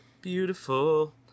Beautiful